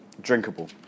drinkable